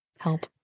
Help